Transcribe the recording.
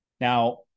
Now